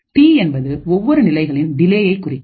D என்பது ஒவ்வொரு நிலைகளின் டிலேயை குறிக்கும்